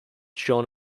john